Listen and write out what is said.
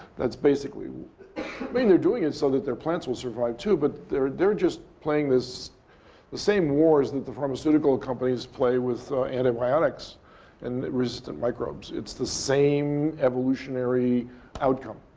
that's basically i mean they're doing it so that their plants will survive, too. but they're they're just playing this the same wars that the pharmaceutical companies play with antibiotics and resistant microbes. it's the same evolutionary outcome.